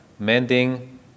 mending